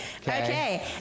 Okay